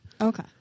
Okay